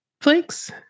Flakes